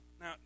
now